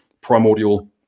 primordial